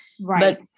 Right